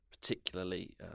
particularly